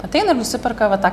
ateina ir nusiperka va tą